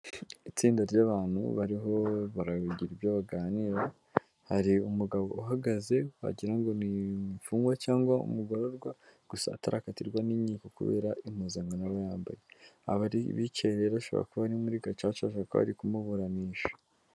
Itsinda ry'abantu bariho baragira ibyo baganira, hari umugabo uhagaze wagira ngo ni imfungwa cyangwa umugororwa, gusa atarakatirwa n'inkiko kubera impuzankankano aba yambaye, abari bicaye rero ashobora kuba ari muri gacaca ashobora kuba ari kumuburanisha.